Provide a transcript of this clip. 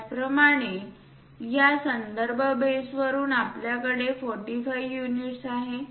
त्याचप्रमाणे या संदर्भ बेस वरून आपल्याकडे 45 युनिट्स आहेत